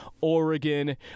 oregon